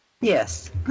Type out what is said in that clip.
Yes